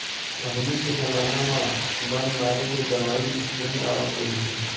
पहिली के जमाना म बन मारे के दवई नइ आवत रहिस हे